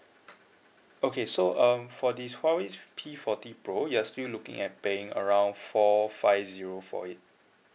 okay so um for this huawei P forty pro you are still looking at paying around four five zero for it